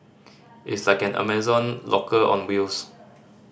it's like an Amazon locker on wheels